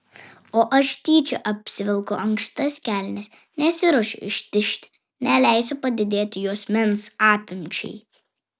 o aš tyčia apsivelku ankštas kelnes nesiruošiu ištižti neleisiu padidėti juosmens apimčiai